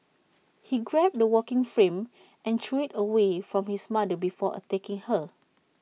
he grabbed the walking frame and threw IT away from his mother before attacking her